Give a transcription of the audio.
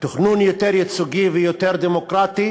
תכנון יותר ייצוגי ויותר דמוקרטי